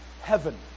Heaven